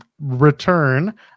return